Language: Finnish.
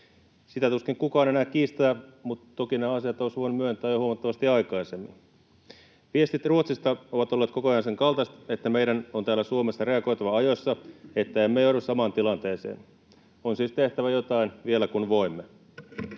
Sitä tuskin kukaan enää kiistää, mutta toki nämä asiat olisi voinut myöntää jo huomattavasti aikaisemmin. Viestit Ruotsista ovat olleet koko ajan sen kaltaiset, että meidän on täällä Suomessa reagoitava ajoissa, että emme joudu samaan tilanteeseen. On siis tehtävä jotain vielä, kun voimme.